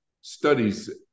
studies